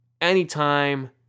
anytime